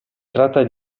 tratta